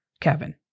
Kevin